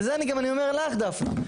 וזה אני גם אומר לך, דפנה.